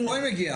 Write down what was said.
לפה היא מגיעה.